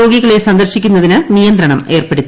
രോഗികളെ സന്ദർശിക്കുന്നതിന് നിയന്ത്രണം ഏർപ്പെടുത്തി